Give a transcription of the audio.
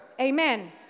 Amen